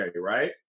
right